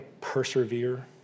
persevere